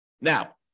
Now